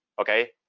Okay